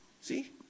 See